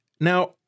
now